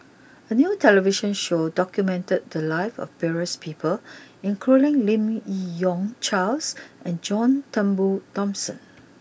A new television show documented the lives of various people including Lim Yi Yong Charles and John Turnbull Thomson